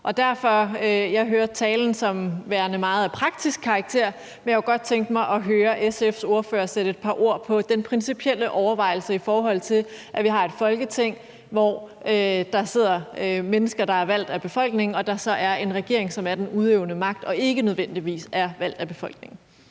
Jeg hører talen som værende af meget praktisk karakter, men jeg kunne godt tænke mig at høre SF's ordfører sætte et par ord på den principielle overvejelse, i forhold til at vi har et Folketing, hvor der sidder mennesker, der er valgt af befolkningen, og at der så er en regering, som er den udøvende magt og ikke nødvendigvis er valgt af befolkningen.